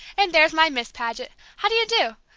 and there's my miss paget how do you do?